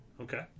Okay